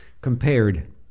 compared